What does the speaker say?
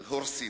והורסים.